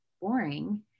boring